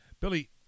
Billy